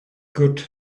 good